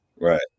right